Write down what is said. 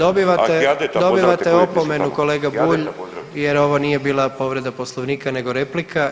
Dobivate, dobivate opomenu kolega Bulj jer ovo nije bila povreda Poslovnika nego replika.